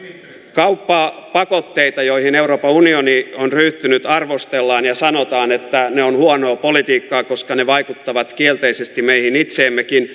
kauppapakotteita joihin euroopan unioni on ryhtynyt arvostellaan ja sanotaan että ne ovat huonoa politiikkaa koska ne vaikuttavat kielteisesti meihin itseemmekin